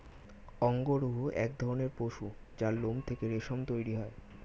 অঙ্গরূহ এক ধরণের পশু যার লোম থেকে রেশম তৈরি হয়